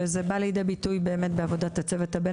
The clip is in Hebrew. וזה בא לידי ביטוי באמת בעבודת הצוות הבין